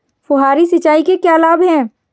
फुहारी सिंचाई के क्या लाभ हैं?